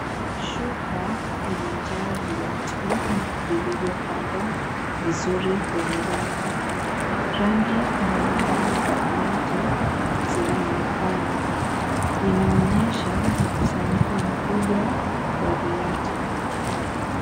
Shuka imejaa viatu vilivyopangwa vizuri kwenye rafu. Rangi mbali mbali za viatu zinaonekana, inaonyesha mkusanyiko mkubwa wa viatu.